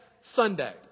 Sunday